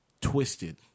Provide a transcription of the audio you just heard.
twisted